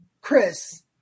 Chris